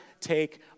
take